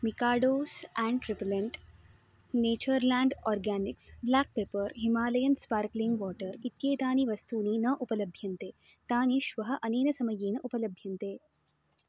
Mikado's ant repellent Natureland Organics black pepper Himalayan sparkling water इत्येतानि वस्तूनि न उपलभ्यन्ते तानि श्वः अनेन समयेन उपलभ्यन्ते